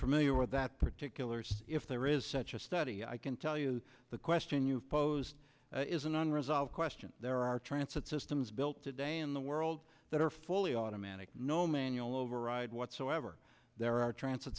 familiar with that particular if there is such a study i can tell you the question you posed is an unresolved question there are transit systems built today in the world that are fully automatic no manual override whatsoever there are trans